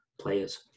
players